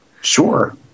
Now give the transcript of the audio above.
Sure